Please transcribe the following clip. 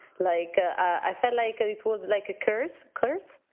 like, i felt like and it was like a curse curse.